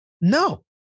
no